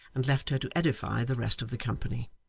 and left her to edify the rest of the company.